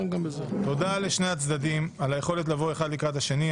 תודה לשני הצדדים על היכולת לבוא אחד לקראת השני.